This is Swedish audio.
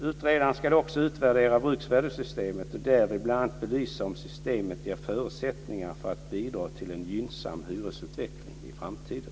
Utredaren ska också utvärdera bruksvärdessystemet och därvid bl.a. belysa om systemet ger förutsättningar för att bidra till en gynnsam hyresutveckling i framtiden.